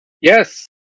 Yes